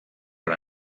per